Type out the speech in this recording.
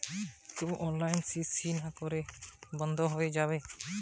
KYC না করলে কি আমার পাশ বই বন্ধ হয়ে যাবে?